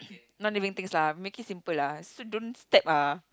non living things lah make it simple lah so don't step ah